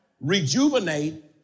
rejuvenate